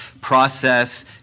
process